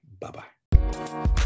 Bye-bye